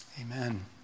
Amen